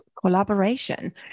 collaboration